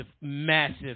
massive